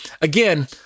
Again